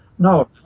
No